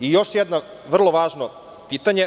Imam još jedno vrlo važno pitanje.